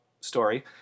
story